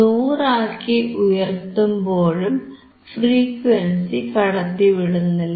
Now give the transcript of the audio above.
100 ആക്കി ഉയർത്തുമ്പോഴും ഫ്രീക്വൻസി കടത്തിവിടുന്നില്ല